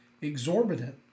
exorbitant